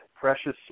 precious